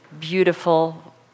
beautiful